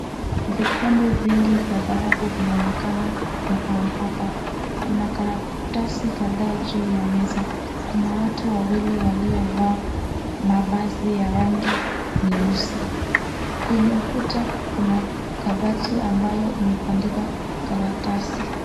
Vikombe vingi vya dhahabu vinaonekana mahali hapa. Kuna karatasi kadhaa juu ya meza. Kuna watu wawili waliovaa mavazi ya rangi nyeusi. Kwenye ukuta, kuna kabati ambayo imebandikwa karatasi.